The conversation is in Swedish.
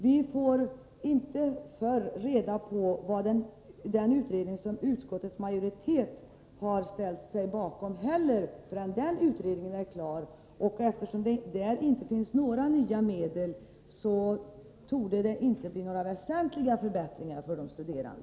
Vi får inte heller reda på vad den utredning som utskottsmajoriteten har ställt sig bakom kommer fram till förrän den är klar, men eftersom det där inte finns några nya medel, torde det inte bli några väsentliga förbättringar för de studerande.